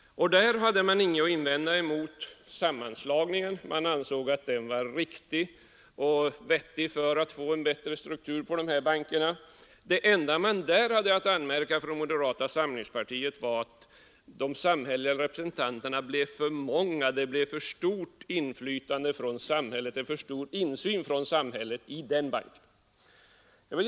Då hade man ingenting att invända mot sammanslagningen. Man ansåg att den var riktig för att få en bättre struktur på dessa banker. Det enda man då hade att anmärka på från moderata samlingspartiet var att de samhälleliga representanterna blev för många, så att samhället fick alltför stor insyn i den banken.